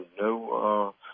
no